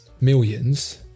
millions